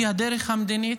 והיא הדרך המדינית.